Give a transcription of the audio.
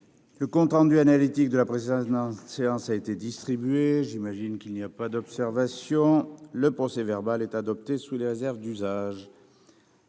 Le compte rendu analytique de la précédente séance a été distribué. Il n'y a pas d'observation ?... Le procès-verbal est adopté sous les réserves d'usage.